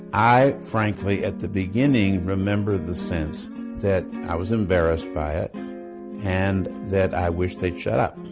i frankly at the beginning remember the sense that i was embarrassed by it and that i wished they'd shut up.